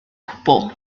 cwbl